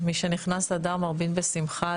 משנכנס אדר מרבים בשמחה.